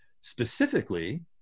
Specifically